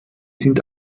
sind